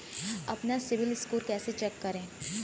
अपना CIBIL score कैसे check करें?